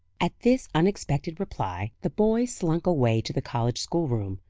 at this unexpected reply, the boys slunk away to the college schoolroom,